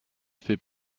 fait